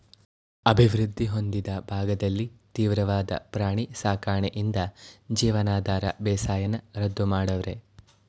ಅಭಿವೃದ್ಧಿ ಹೊಂದಿದ ಭಾಗದಲ್ಲಿ ತೀವ್ರವಾದ ಪ್ರಾಣಿ ಸಾಕಣೆಯಿಂದ ಜೀವನಾಧಾರ ಬೇಸಾಯನ ರದ್ದು ಮಾಡವ್ರೆ